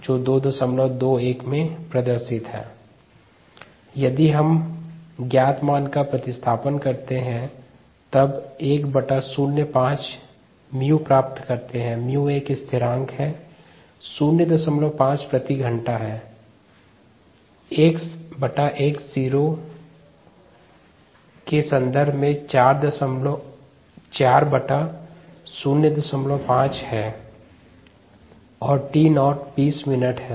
समीकरण स्लाइड समय 0221 में दर्शित है 1ln xx0t0t यदि हम ज्ञात मान का प्रतिस्थापन करते है तब 105𝜇 प्राप्त करते हैं 𝜇 एक स्थिरांक है 05 प्रति घंटा है XX0 405 है और t नॉट 20 मिनट है